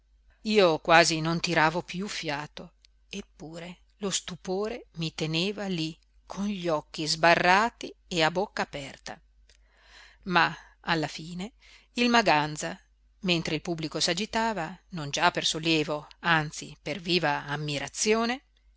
io quasi non tiravo piú fiato eppure lo stupore mi teneva lí con gli occhi sbarrati e a bocca aperta ma alla fine il maganza mentre il pubblico s'agitava non già per sollievo anzi per viva ammirazione